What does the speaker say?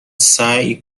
سعی